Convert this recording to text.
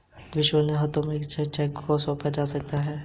विश्वसनीय हाथों में ही ब्लैंक चेक को सौंपा जा सकता है